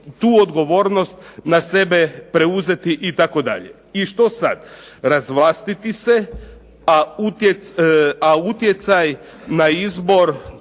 tu odgovornost na sebe preuzeti itd. I što sad? Razvlastiti se, a utjecaj na izbor,